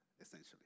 Essentially